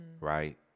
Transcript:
right